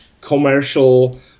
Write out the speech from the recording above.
commercial